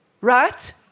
Right